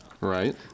Right